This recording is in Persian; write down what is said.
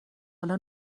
حالا